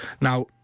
Now